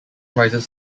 rises